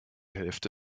hälfte